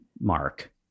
mark